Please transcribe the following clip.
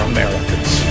Americans